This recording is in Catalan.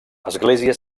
església